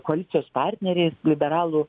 koalicijos partneriais liberalų